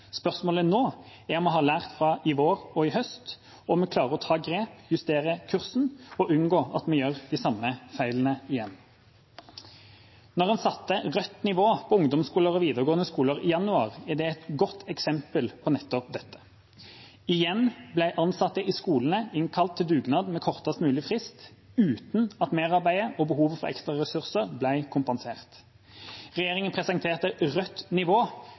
Spørsmålet nå er om vi har lært fra i vår og i høst, og om vi klarer å ta grep og justere kursen og unngå at vi gjør de samme feilene igjen. Rødt nivå på ungdomsskoler og videregående skoler i januar er et godt eksempel på nettopp dette. Igjen ble ansatte i skolen innkalt til dugnad med kortest mulig frist og uten at merarbeidet og behovet for ekstra ressurser ble kompensert. Regjeringa presenterte rødt nivå